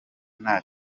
nta